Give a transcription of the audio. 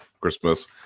Christmas